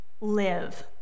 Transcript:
live